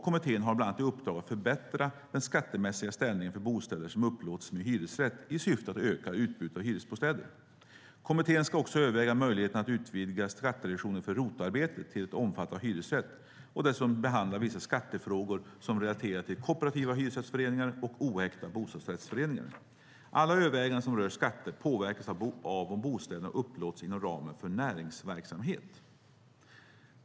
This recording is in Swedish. Kommittén har bland annat i uppdrag att förbättra den skattemässiga ställningen för bostäder som upplåts med hyresrätt i syfte att öka utbudet av hyresbostäder. Kommittén ska också överväga möjligheterna att utvidga skattereduktionen för ROT-arbete till att omfatta hyresrätt och dessutom behandla vissa skattefrågor som relaterar till kooperativa hyresrättsföreningar och oäkta bostadsrättsföreningar. Alla överväganden som rör skatter påverkas av om bostäderna upplåts inom ramen för näringsverksamhet.